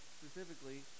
specifically